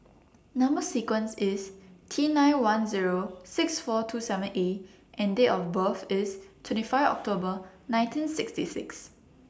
Number sequence IS T nine one Zero six four two seven A and Date of birth IS twenty five October nineteen sixty six